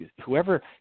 whoever